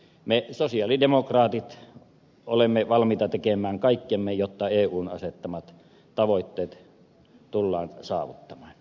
me sosialidemokraatit olemme valmiita tekemään kaikkemme jotta eun asettamat tavoitteet tullaan saavuttamaan